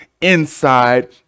Inside